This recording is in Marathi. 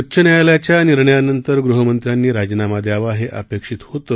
उच्च न्यायालयाच्या निर्णयानंतर गृहमंत्र्यांनी राजीनामा द्यावा हे अपेक्षित होतं